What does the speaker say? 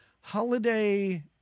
holiday